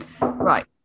right